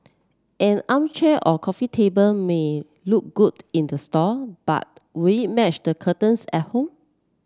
an armchair or coffee table may look good in the store but will match the curtains at home